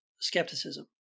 skepticism